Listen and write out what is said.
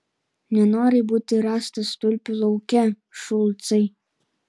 nenoriu būti rastas tulpių lauke šulcai